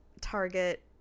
Target